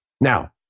Now